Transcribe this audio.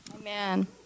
Amen